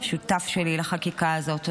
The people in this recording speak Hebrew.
שותף שלי לחקיקה הזאת.